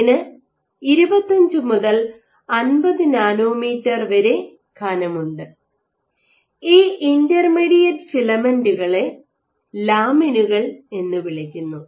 ഇതിന് 25 മുതൽ 50 നാനോമീറ്റർ വരെ കനമുണ്ട് ഈ ഇൻറർ മീഡിയറ്റ് ഫിലമെന്റുകളെ ലാമിനുകൾ എന്നു വിളിക്കുന്നു